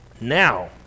Now